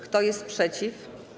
Kto jest przeciw?